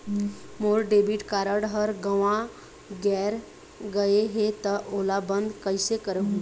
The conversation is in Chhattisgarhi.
मोर डेबिट कारड हर गंवा गैर गए हे त ओला बंद कइसे करहूं?